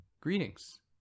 greetings